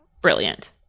brilliant